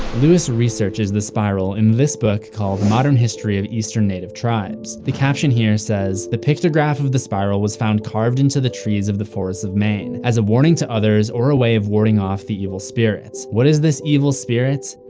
louis researches the spiral in this book called modern history of eastern native tribes. the caption here says, the pictograph of the spiral was found carved into the trees of the forests of maine, as a warning to others, or a way of warding off the evil spirit. what is this evil spirit?